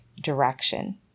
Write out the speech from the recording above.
direction